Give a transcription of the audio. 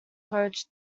coach